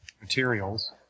materials